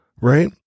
right